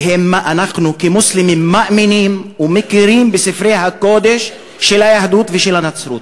אנחנו כמוסלמים מאמינים ומכירים בספרי הקודש של היהדות ושל הנצרות,